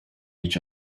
each